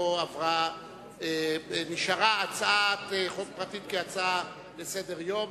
פה נשארה הצעת חוק פרטית כהצעה לסדר-היום.